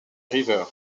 river